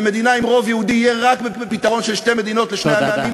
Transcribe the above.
ומדינה עם רוב יהודי תהיה רק בפתרון של שתי מדינות לשני עמים,